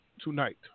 tonight